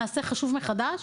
נעשה חישוב מחדש?